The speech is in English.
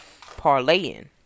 parlaying